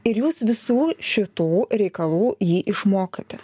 ir jūs visų šitų reikalų jį išmokate